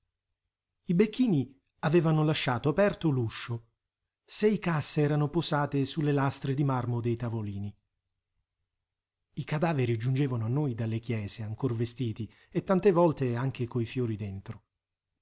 i becchini avevano lasciato aperto l'uscio sei casse erano posate su le lastre di marmo dei tavolini i cadaveri giungevano a noi dalle chiese ancor vestiti e tante volte anche coi fiori dentro